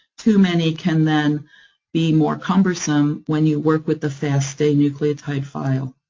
too many can then be more cumbersome when you work with the fasta nucleotide file.